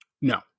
No